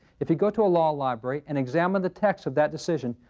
if you go to a law library and examine the text of that decision,